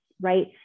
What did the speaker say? right